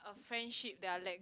a friendship that I let